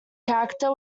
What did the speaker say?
character